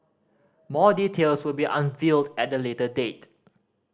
more details will be unveiled at a later date